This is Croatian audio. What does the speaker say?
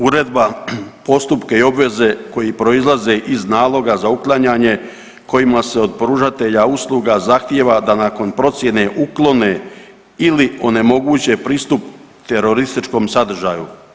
Uredba, postupke i obveze koji proizlaze iz naloga za uklanjanje kojima se od pružatelja usluga zahtijeva da nakon procjene uklone ili onemoguće pristup terorističkom sadržaju.